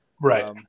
Right